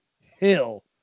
hill